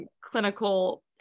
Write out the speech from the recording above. clinical